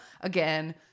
again